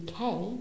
UK